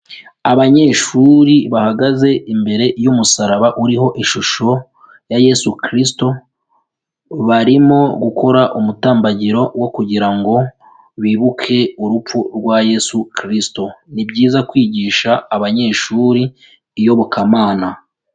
Abanyeshuri bahagaze imbere y'umusaraba uriho ishusho ya Yesu Christo, barimo gukora umutambagiro wo kugira ngo bibuke urupfu rwa Yesu Christo. Ni byiza kwigisha abanyeshuri iyobokamana.